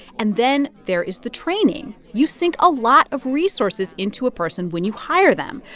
and then there is the training. you sink a lot of resources into a person when you hire them.